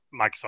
Microsoft